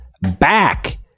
back